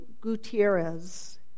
Gutierrez